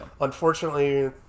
unfortunately